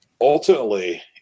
ultimately